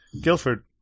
Guildford